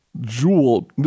jewel